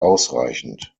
ausreichend